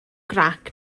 grac